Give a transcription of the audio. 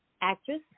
actress